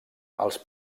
els